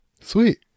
Sweet